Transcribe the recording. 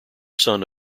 son